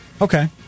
Okay